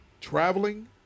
traveling